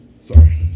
Sorry